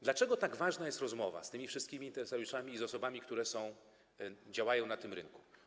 Dlaczego tak ważna jest rozmowa z tymi wszystkimi interesariuszami i z osobami, które są, działają na tym rynku?